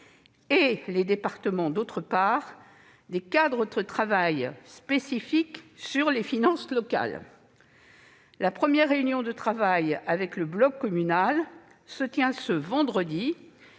et les départements un cadre de travail spécifique sur les finances locales. La première réunion avec le bloc communal se tient ce vendredi.